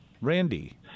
Randy